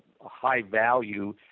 high-value